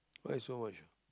why so much